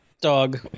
dog